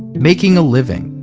making a living,